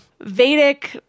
Vedic